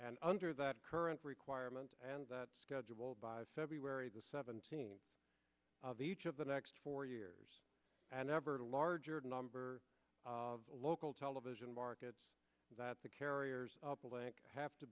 and under that current requirements and that schedule by february the seventeenth of each of the next four years and ever the larger number of local television markets that the carriers have to